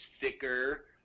thicker